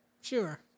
Sure